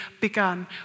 begun